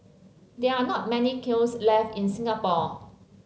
there are not many kilns left in Singapore